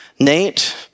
Nate